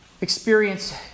experience